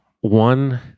One